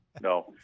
No